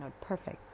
perfect